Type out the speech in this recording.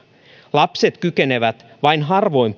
lapset kykenevät vain harvoin